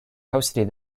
hosted